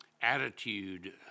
attitude